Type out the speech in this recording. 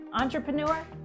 entrepreneur